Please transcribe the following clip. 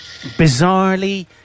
bizarrely